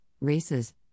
races